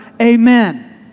Amen